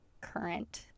current